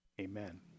amen